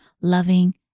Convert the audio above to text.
loving